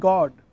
God